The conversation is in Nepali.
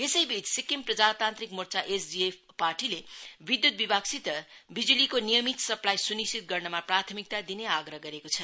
यसैबीच सिक्किम प्रजातान्त्रिक मोर्चा एसडीएफ पार्टीले विद्युत विऊगसित बिजुलीको नियमित सप्लाई सुनिश्चित गर्नमा प्राथमिकता दिने आग्रह गरेको छ